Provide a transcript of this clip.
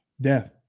Death